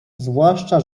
zwłaszcza